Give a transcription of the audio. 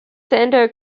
center